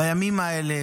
בימים האלה,